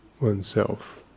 oneself